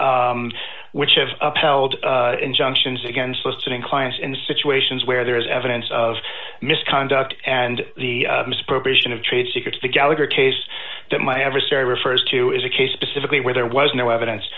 i which of upheld injunctions against listing clients in situations where there is evidence of misconduct and the misappropriation of trade secrets the gallagher case that my adversary refers to is a case specifically where there was no evidence